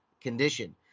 condition